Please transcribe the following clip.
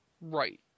Right